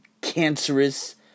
cancerous